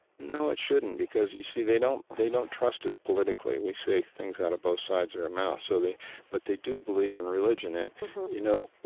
no, it shouldn't, because, you see, they don't they don't trust us politically. we say things out of both sides of our mouths, so they but they do believe in religion. and you know,